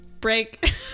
Break